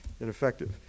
ineffective